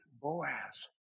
Boaz